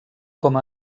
com